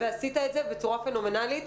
ועשית את זה בצורה פנומנלית,